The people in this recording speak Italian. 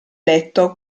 letto